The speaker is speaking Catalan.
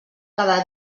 cada